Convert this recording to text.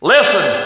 Listen